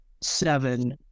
seven